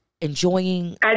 enjoying